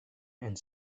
and